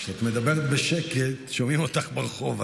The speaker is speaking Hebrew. כשאת מדברת בשקט שומעים אותך ברחוב,